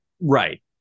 Right